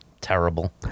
Terrible